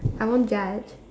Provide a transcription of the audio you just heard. I won't judge